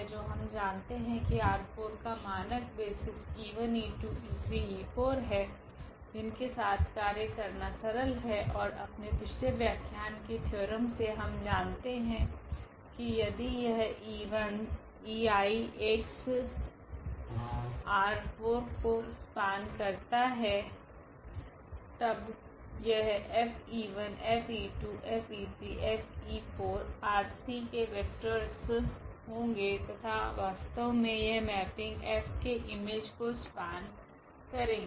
तो हम जानते है कि R4 का मानक बेसिस 𝑒1 𝑒2 𝑒3 𝑒4 है जिनके साथ कार्य करना सरल है और अपने पिछले व्याख्यान के थ्योरम से हम जानते है कि यदि यह ei's 𝑥 ∈ ℝ4 को स्पेन करते है तब यह 𝐹𝑒1 𝐹𝑒2 𝐹𝑒3 𝐹𝑒4 R3 के वेक्टरस होगे तथा वास्तव में यह मेपिंग F के इमेज को स्पेन करेगे